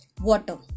Water